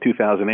2008